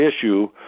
issue